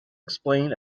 explain